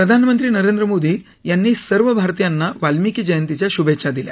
प्रधानमंत्री नरेंद्र मोदी यांनी सर्व भारतीयांना वाल्मिकी जयंतीच्या शुभेछ्या दिल्या